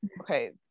okay